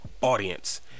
audience